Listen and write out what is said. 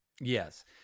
Yes